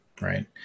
right